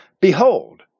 Behold